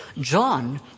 John